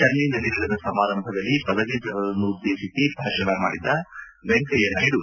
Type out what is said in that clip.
ಚೆನ್ನೈನಲ್ಲಿ ನಡೆದ ಸಮಾರಂಭದಲ್ಲಿ ಪದವೀಧರರನ್ನು ಉದ್ದೇಶಿಸಿ ಭಾಷಣ ಮಾಡಿದ ವೆಂಕಯ್ಥನಾಯ್ದು